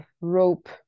rope